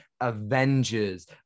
avengers